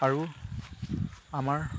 আৰু আমাৰ